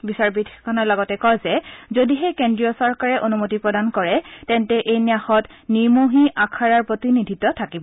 বিচাৰপীঠখনে লগতে কয় যে যদিহে কেন্দ্ৰীয় চৰকাৰে অনুমতি প্ৰদান কৰে তেন্তে এই ন্যাসত নিৰ্মেহী আখাৰাৰ প্ৰতিনিধিত্ব থাকিব